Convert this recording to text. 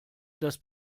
das